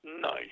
Nice